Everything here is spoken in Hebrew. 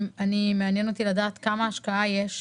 מעניין אותי לדעת כמה השקעה יש,